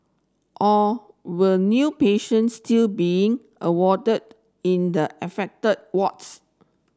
or were new patients still being warded in the affected wards